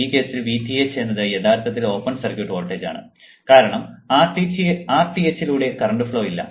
ഈ കേസിൽ Vth എന്നത് യഥാർത്ഥത്തിൽ ഓപ്പൺ സർക്യൂട്ട് വോൾട്ടേജാണ് കാരണം Rth ലൂടെ കറന്റ് ഫ്ലോ ഇല്ല